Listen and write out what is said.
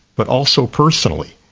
but also personally.